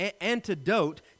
antidote